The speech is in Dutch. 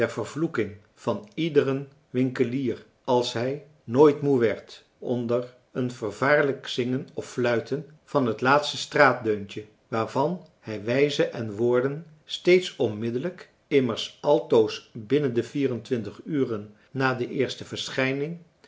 vervloeking van iederen winkelier als hij nooit moe werd onder een vervaarlijk zingen of fluiten van het laatste straatdeuntje waarvan hij wijze en woorden steeds onmiddellijk immers altoos binnen de vierentwintig uren na de eerste verschijning